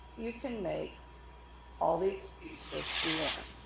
you can make all the excuses you want.